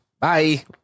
Bye